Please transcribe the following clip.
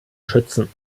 schützen